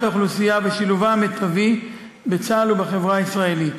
האוכלוסייה ושילובה המיטבי בצה"ל ובחברה הישראלית.